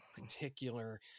particular